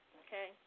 okay